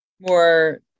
more